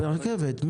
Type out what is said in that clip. ברכבת.